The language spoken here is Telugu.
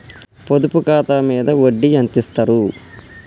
పొదుపు ఖాతా మీద వడ్డీ ఎంతిస్తరు?